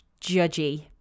judgy